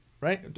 right